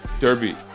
derby